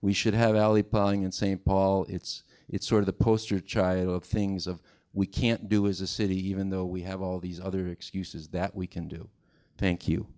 we should have allie piling in st paul it's it's sort of the poster child of things of we can't do is a city even though we have all these other excuses that we can do thank you